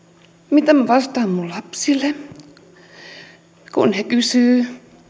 mitä minä vastaan minun lapsilleni kun he kysyvät